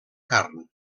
carn